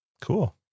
Cool